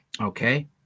Okay